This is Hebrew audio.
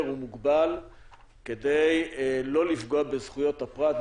ומוגבל כדי לא לפגוע בזכויות הפרט,